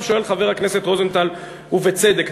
שואל חבר הכנסת רוזנטל, ובצדק.